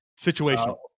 Situational